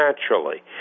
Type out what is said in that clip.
naturally